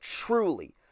truly